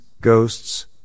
ghosts